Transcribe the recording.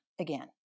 again